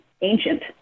ancient